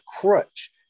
crutch